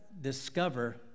discover